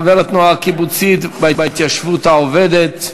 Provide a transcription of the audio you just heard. חבר התנועה הקיבוצית וההתיישבות העובדת.